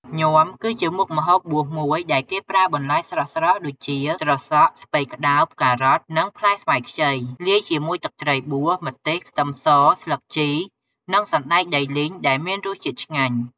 ញាំគឺជាមុខម្ហូបបួសមួយ ដែលប្រើបន្លែស្រស់ៗដូចជា ត្រសក់ ស្ពៃក្ដោប ការ៉ុត និងផ្លែស្វាយខ្ចី លាយជាមួយទឹកត្រីបួស ម្ទេស ខ្ទឹមស ស្លឹកជី និងសណ្ដែកដីលីង ដែលមានរសជាតិឆ្ងាញ់ ។